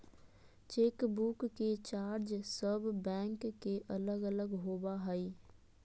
chequebook के charge सब bank के अलग अलग होबा हइ